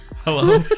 hello